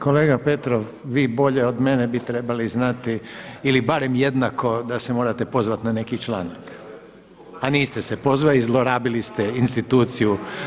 Kolega Petrov, vi bolje od mene bi trebali znati ili barem jednako da se morate pozvati na neki članak a niste ste pozvali i zlorabili ste instituciju.